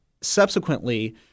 Subsequently –